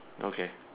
okay